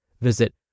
Visit